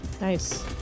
Nice